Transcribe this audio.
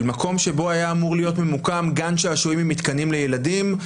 מקום שבו היה אמור להיות ממוקם גן שעשועים עם מתקנים לילדים,